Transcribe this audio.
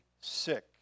sick